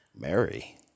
Mary